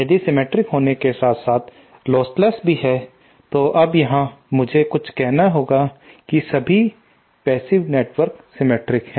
यदि है सिमेट्रिक होने के साथ साथ लोस्टलेस भी है तो अब यहां मुझे कुछ कहना होगा कि सभी पैसिव नेटवर्क सिमेट्रिक है